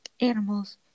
animals